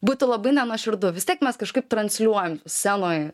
būtų labai nenuoširdu vis tiek mes kažkaip transliuojam scenoj